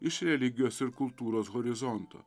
iš religijos ir kultūros horizonto